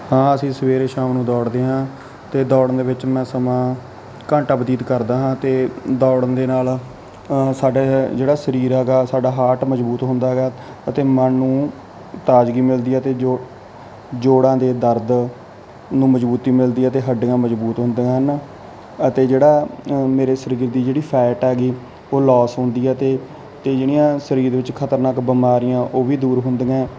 ਹਾਂ ਅਸੀਂ ਸਵੇਰੇ ਸ਼ਾਮ ਨੂੰ ਦੌੜਦੇ ਹਾਂ ਅਤੇ ਦੌੜਨ ਵਿੱਚ ਮੈਂ ਸਮਾਂ ਘੰਟਾ ਬਤੀਤ ਕਰਦਾ ਹਾਂ ਅਤੇ ਦੌੜਨ ਦੇ ਨਾਲ ਸਾਡੇ ਜਿਹੜਾ ਸਰੀਰ ਹੈਗਾ ਸਾਡਾ ਹਾਰਟ ਮਜਬੂਤ ਹੁੰਦਾ ਹੈਗਾ ਅਤੇ ਮਨ ਨੂੰ ਤਾਜ਼ਗੀ ਮਿਲਦੀ ਹੈ ਅਤੇ ਜੋ ਜੋੜਾਂ ਦੇ ਦਰਦ ਨੂੰ ਮਜਬੂਤੀ ਮਿਲਦੀ ਹੈ ਅਤੇ ਹੱਡੀਆਂ ਮਜਬੂਤ ਹੁੰਦੀਆਂ ਹਨ ਅਤੇ ਜਿਹੜਾ ਅ ਮੇਰੇ ਸਰੀਰ ਦੀ ਜਿਹੜੀ ਫੈਟ ਹੈਗੀ ਉਹ ਲੋਸ ਹੁੰਦੀ ਆ ਅਤੇ ਅਤੇ ਜਿਹੜੀਆਂ ਸਰੀਰ ਵਿੱਚ ਖ਼ਤਰਨਾਕ ਬਿਮਾਰੀਆਂ ਉਹ ਵੀ ਦੂਰ ਹੁੰਦੀਆਂ